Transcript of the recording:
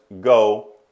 go